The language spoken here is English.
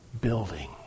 building